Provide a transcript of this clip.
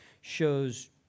shows